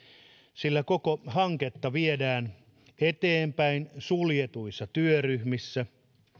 sillä koko hanketta viedään eteenpäin suljetuissa työryhmissä